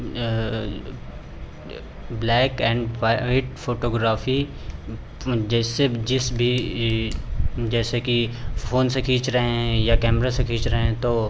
black and white photography जैसे जिस भी ई जैसे कि फ़ोन से खींच रहे हैं या कैमरे से खींच रहे हैं तो